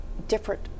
different